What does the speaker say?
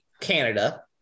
Canada